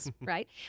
right